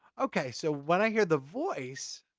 okay, so when i hear the voice,